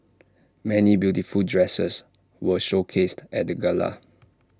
many beautiful dresses were showcased at the gala